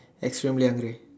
extremely agree